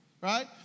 Right